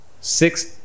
Six